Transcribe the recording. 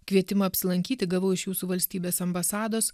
kvietimą apsilankyti gavau iš jūsų valstybės ambasados